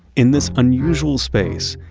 in this unusual space,